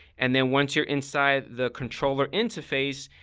and then once you're inside the controller interface,